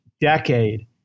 decade